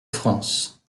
france